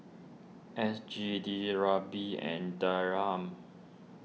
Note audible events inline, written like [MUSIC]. S G D [UNINTELLIGIBLE] and Dirham